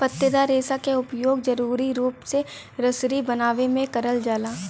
पत्तेदार रेसा क उपयोग जरुरी रूप से रसरी बनावे में करल जाला